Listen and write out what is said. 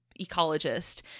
ecologist